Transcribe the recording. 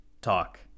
talk